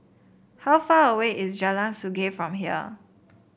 how far away is Jalan Sungei from here